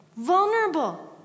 vulnerable